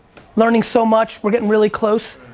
learning so much, we're getting really close,